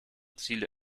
ziele